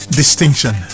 distinction